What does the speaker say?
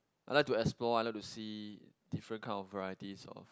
I like to explore I like see different kind of varieties of